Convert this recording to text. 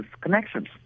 connections